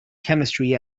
chemistry